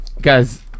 guys